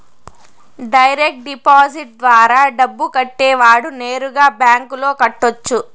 direct deposit ద్వారా డబ్బు కట్టేవాడు నేరుగా బ్యాంకులో కట్టొచ్చు